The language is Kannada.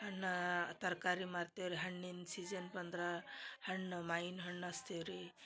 ಅಣ್ಣಾ ತರಕಾರಿ ಮಾರ್ತೇವೆ ರೀ ಹಣ್ಣಿನ ಸೀಜನ್ ಬಂದ್ರಾ ಹಣ್ಣು ಮಾವ್ನ ಹಣ್ಣು ಅಸ್ತೇವ್ ರೀ